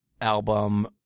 album